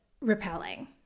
repelling